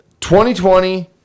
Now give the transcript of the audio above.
2020